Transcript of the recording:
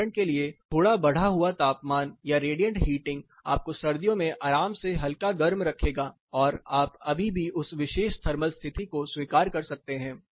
उदाहरण के लिए थोड़ा बढ़ा हुआ तापमान या रेडिएंट हीटिंग आपको सर्दियों में आराम से हल्का गर्म रखेगा और आप अभी भी उस विशेष थर्मल स्थिति को स्वीकार कर सकते हैं